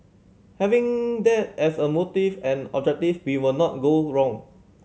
having that as a motive and objective we will not go wrong